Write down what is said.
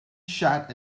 shot